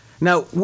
now